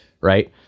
right